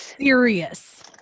serious